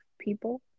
people